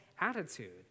attitude